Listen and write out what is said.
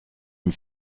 une